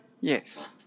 Yes